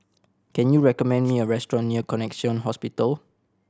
can you recommend me a restaurant near Connexion Hospital